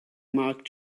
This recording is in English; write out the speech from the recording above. mark